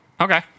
Okay